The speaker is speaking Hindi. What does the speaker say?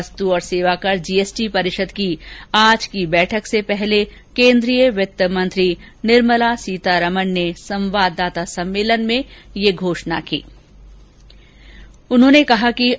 वस्तु और सेवा कर जीएसटी परिषद की आज की बैठक से पहले केंद्रीय वित्त मंत्री निर्मला सीतारमन ने संवाददाता सम्मेलन में यह ऐलान किए